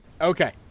okay